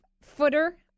footer